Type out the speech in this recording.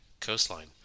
coastline